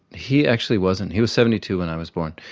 he actually wasn't, he was seventy two when i was born,